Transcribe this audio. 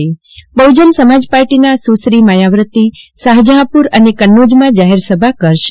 અત્રે ઉલ્લખેનીય બહુજન સમાજ પાર્ટીના સુશ્રી માયાવતી શાહજહાંપુર અને કન્નોજમાં જાહેરસભા કરશે